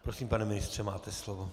Prosím, pane ministře, máte slovo.